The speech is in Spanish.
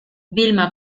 vilma